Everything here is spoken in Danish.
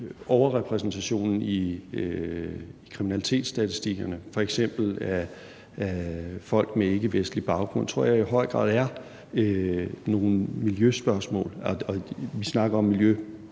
overrepræsentationen i kriminalitetsstatistikkerne af f.eks. folk med ikkevestlig baggrund i høj grad er nogle miljøspørgsmål – jeg snakker om miljø